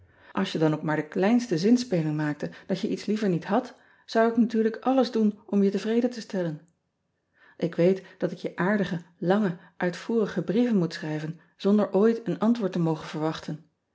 ls je dan ook maar de kleinste zinspeling maakte dat je iets liever niet had zou ik natuurlijk alles doen om je tevreden te stellen k weet dat ik je aardige lange uitvoerige brieven moet schrijven zonder ooit een antwoord te mogen verwachten